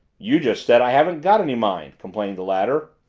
you just said i haven't got any mind, complained the latter.